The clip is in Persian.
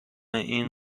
این